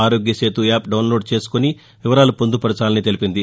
ఆరోగ్య Setu app download చేసుకుని వివరాలు పొందుపర్చాలని తెలిపింది